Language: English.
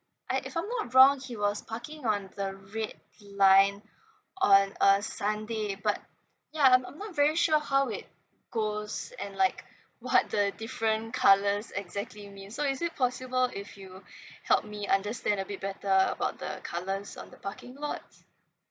I if I'm not wrong he was parking on the red line on a sunday but ya I'm I'm not very sure how it goes and like what the different colours exactly mean so is it possible if you help me understand a bit better about the colours on the parking lot